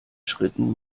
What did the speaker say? schritten